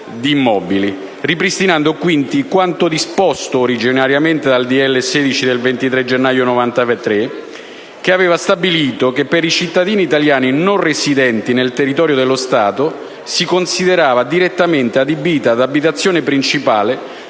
di immobili, ripristinando quindi quanto disposto originariamente dal decreto-legge 23 gennaio 1993, n. 16, che aveva stabilito che per i cittadini italiani non residenti nel territorio dello Stato, si considerava direttamente adibita ad abitazione principale